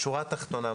בשורה התחתונה,